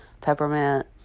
peppermint